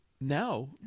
Now